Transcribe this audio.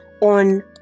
on